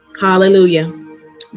Hallelujah